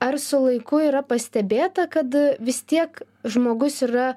ar su laiku yra pastebėta kad vis tiek žmogus yra